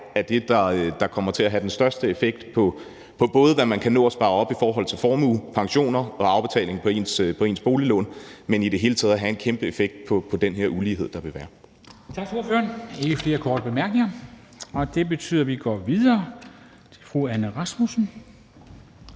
er det, der kommer til at have den største effekt på, hvad man kan nå at spare op i forhold til formue, pensioner og afbetaling på ens boliglån, men det vil i det hele taget have en kæmpe effekt på den her ulighed, der vil være. Kl. 11:21 Formanden (Henrik Dam Kristensen): Tak til ordføreren. Der er ikke flere korte bemærkninger, og det betyder, at vi går videre. Fru Anne Rasmussen,